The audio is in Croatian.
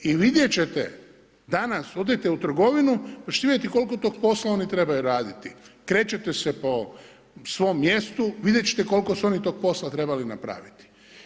I vidjet ćete danas odete u trgovinu pa ćete vidjeti koliko tog posla oni trebaju raditi, krećete se po svom mjestu, vidjet ćete koliko su oni tog posla trebali napraviti.